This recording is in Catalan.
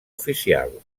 oficial